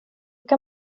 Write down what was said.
kan